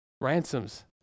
ransoms